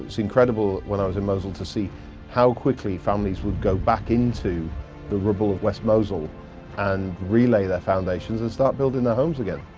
incredible when i was in mosul to see how quickly families would go back into the rubble of west mosul and relay their foundations and start building their homes again.